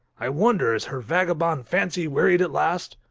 i wonder is her vagabond fancy wearied at last?